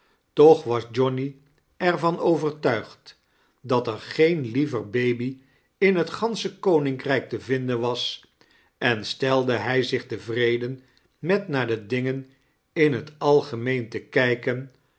toch was johnny er van overtuigd dat er geen liever baby in het gansche koninkrrjk te vinden was en stelde hij zich tevreden met naar de dingen in het algemeen te kijkein